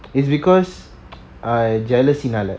it's because err jealous னால:nala